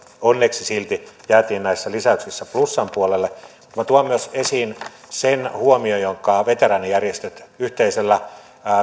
onneksi silti jäätiin näissä lisäyksissä plussan puolelle tuon myös esiin sen huomion jonka veteraanijärjestöt yhteisellä